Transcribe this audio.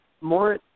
more